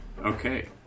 Okay